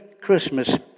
Christmas